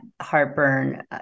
heartburn